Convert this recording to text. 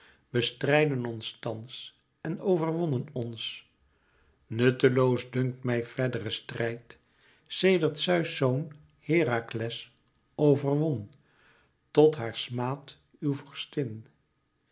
bestrijden ons thans en verwonnen ons nutteloos dunkt mij verdere strijd sedert zeus zoon herakles overwon tot haar smaad uw vorstin